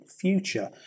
future